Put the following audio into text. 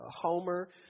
Homer